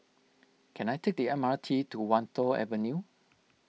can I take the M R T to Wan Tho Avenue